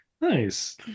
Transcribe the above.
Nice